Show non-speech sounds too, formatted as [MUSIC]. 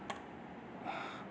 [BREATH]